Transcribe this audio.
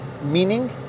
meaning